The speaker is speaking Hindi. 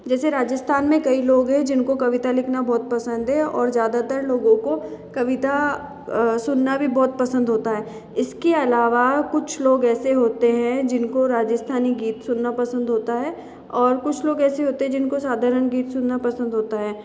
जैसे राजस्थान में कई लोग है जिनको कविता लिखना बहुत पसंद है और ज़्यादातर लोगों को कविता सुनना भी बहुत पसंद होता है इसके अलावा कुछ लोग ऐसे होते है जिनको राजस्थानी गीत सुनना पसंद होता है और कुछ लोग ऐसे होते है जिनको साधारण गीत सुनना पसंद होता है